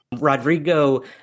Rodrigo